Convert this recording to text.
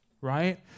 right